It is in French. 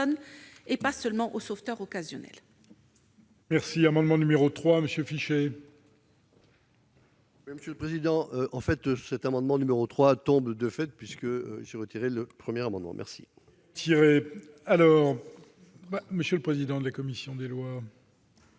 non pas seulement au sauveteur occasionnel.